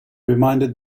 reminded